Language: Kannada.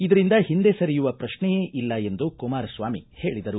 ಇದರಿಂದ ಹಿಂದೆ ಸರಿಯುವ ಪ್ರಕ್ಷೆಯೇ ಇಲ್ಲ ಎಂದು ಕುಮಾರಸ್ವಾಮಿ ಹೇಳಿದರು